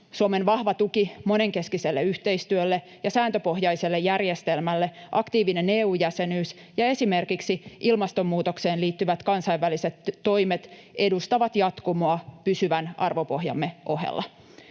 Suomen vahva tuki monenkeskiselle yhteistyölle ja sääntöpohjaiselle järjestelmälle, aktiivinen EU-jäsenyys ja esimerkiksi ilmastonmuutokseen liittyvät kansainväliset toimet edustavat jatkumoa pysyvän arvopohjamme ohella.